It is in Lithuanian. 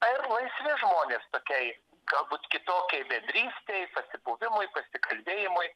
na ir laisvi žmonės tokiai galbūt kitokiai bendrystei pasibuvimui pasikalbėjimui